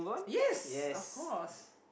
yes of course